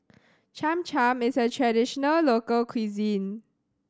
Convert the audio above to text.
Cham Cham is a traditional local cuisine